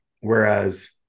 Whereas